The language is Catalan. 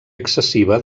excessiva